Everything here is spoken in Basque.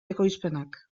ekoizpenak